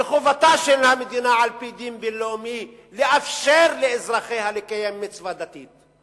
וחובתה של המדינה על-פי דין בין-לאומי לאפשר לאזרחיה לקיים מצווה דתית.